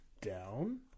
down